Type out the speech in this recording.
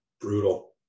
Brutal